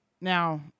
Now